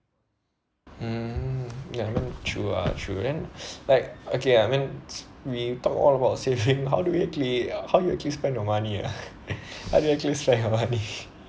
mm ya I mean true ah true then like okay I mean we talk all about saving how do we actually how you actually spend your money ah how do you actually spend your money